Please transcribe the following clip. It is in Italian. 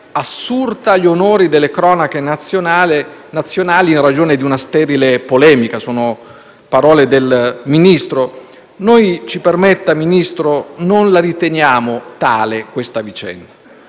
assurta agli onori delle cronache nazionali in ragione di una sterile polemica (sono parole del Ministro). Noi, ci permetta, Ministro, non riteniamo tale questa vicenda,